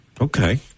Okay